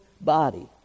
body